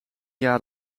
jaar